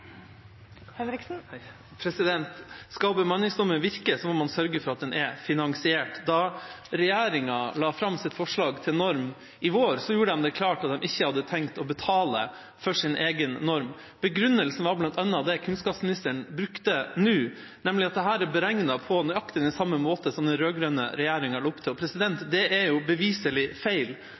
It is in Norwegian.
Skal bemanningsnormen virke, må man sørge for at den er finansiert. Da regjeringa la fram sitt forslag til norm i vår, gjorde de det klart at de ikke hadde tenkt å betale for sin egen norm. Begrunnelsen var bl.a. den kunnskapsministeren brukte nå, nemlig at dette er beregnet på nøyaktig samme måte som den rød-grønne regjeringa la opp til. Det er jo beviselig feil,